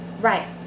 Right